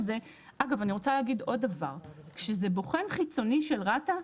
אני רוצה להגיד עוד דבר: כשזה בוחן חיצוני של רת"א,